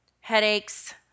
headaches